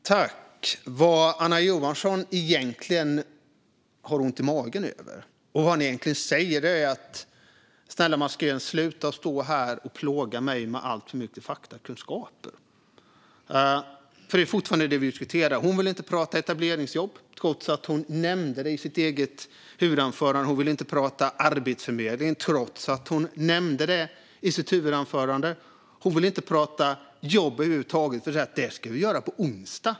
Fru talman! Jag vet vad Anna Johansson egentligen har ont i magen över. Vad hon egentligen säger är: Snälla Mats Green, sluta stå här och plåga mig med alltför mycket faktakunskaper! Det är nämligen fortfarande det vi diskuterar. Hon vill inte prata etableringsjobb, trots att hon nämnde dem i sitt eget huvudanförande. Hon vill inte prata Arbetsförmedlingen, trots att hon nämnde den i sitt huvudanförande. Hon vill inte prata jobb över huvud taget, för det ska vi göra på onsdag.